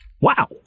wow